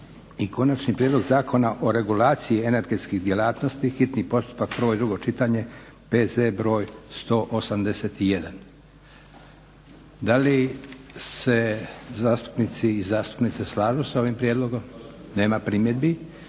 i Konačni prijedlog zakona o regulaciji energetskih djelatnosti, hitni postupak, prvo i drugo čitanje, PZ br. 181. Da li se zastupnici i zastupnice slažu s ovim prijedlogom? Nema primjedbi.